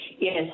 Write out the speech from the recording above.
yes